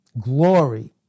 glory